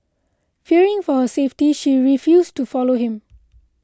fearing for her safety she refused to follow him